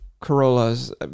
Corollas